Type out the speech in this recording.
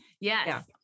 yes